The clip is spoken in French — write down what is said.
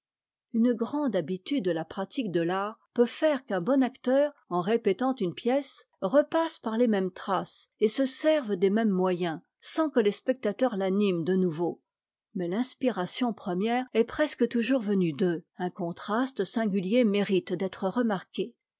une grande habitude de la pratique de l'art peut faire qu'un bon acteur en répétant une pièce repasse par les mêmes traces et se serve des mêmes moyens sans que les spectateurs l'animent de nouveau mais l'inspiration première est presque toujours venue d'eux un contraste singulier mérite d'être remarqué